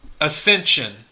Ascension